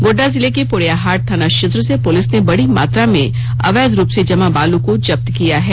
गोड्डा जिले के पोड़ैयाहाट थाना क्षेत्र से पुलिस ने बड़ी मात्रा में अवैध रूप से जमा बालू को जब्त किया है